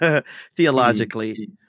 theologically